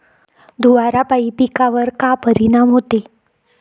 धुवारापाई पिकावर का परीनाम होते?